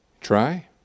Try